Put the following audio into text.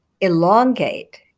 elongate